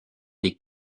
des